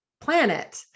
planet